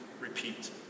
repeat